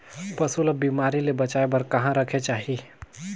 पशु ला बिमारी ले बचाय बार कहा रखे चाही?